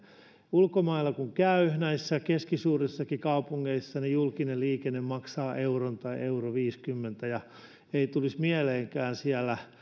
ulkomailla kun käy keskisuurissakin kaupungeissa niin julkinen liikenne maksaa euron tai yksi pilkku viisikymmentä euroa ei tulisi mieleenkään siellä